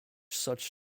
such